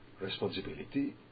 responsibility